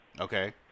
okay